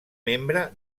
membre